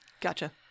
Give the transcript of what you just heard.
Gotcha